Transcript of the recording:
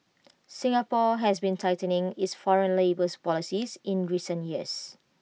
Singapore has been tightening its foreign labours policies in recent years